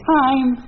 time